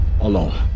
alone